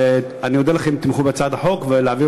אני אודה לכם אם תתמכו בהצעת החוק ומבקש להעביר